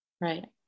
Right